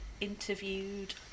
interviewed